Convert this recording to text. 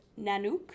Nanook